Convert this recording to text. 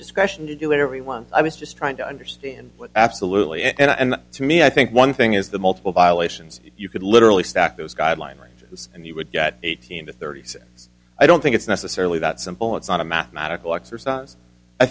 discretion to do everyone i was just trying to understand what absolutely and to me i think one thing is the multiple violations you could literally stack those guideline ranges and he would get eighteen to thirty seconds i don't think it's necessarily that simple it's not a mathematical exercise i